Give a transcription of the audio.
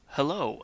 Hello